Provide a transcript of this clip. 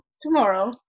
Tomorrow